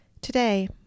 Today